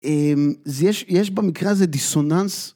יש במקרה הזה דיסוננס